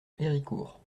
héricourt